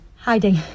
hiding